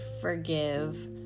forgive